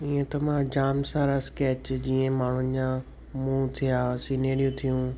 इअं त मां जाम सारा स्केच जीअं माण्हुनि जा मुंहुं थियो सीनेरियूं थियूं